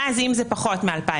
ואז אם זה פחות מ-2,100,